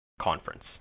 conference